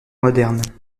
moderne